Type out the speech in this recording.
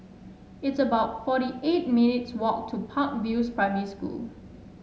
it's about forty eight minutes' walk to Park View Primary School